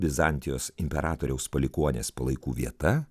bizantijos imperatoriaus palikuonės palaikų vieta